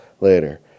later